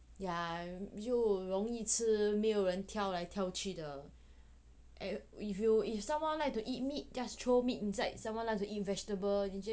yeah 又容易吃又不用挑来挑去的 if you if someone like to eat meat just throw meat inside someone else eat vegetable